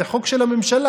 זה חוק של הממשלה.